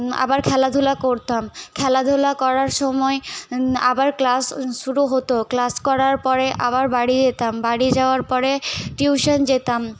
আবার খেলাধুলা করতাম খেলাধুলা করার সময় আবার ক্লাস শুরু হতো ক্লাস করার পরে আবার বাড়ি যেতাম বাড়ি যাওয়ার পরে টিউশান যেতাম